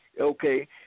Okay